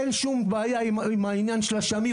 אין שום בעיה עם העניין של השמיר,